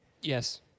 Yes